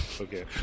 Okay